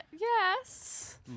yes